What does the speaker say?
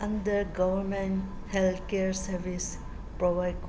under government health care service provide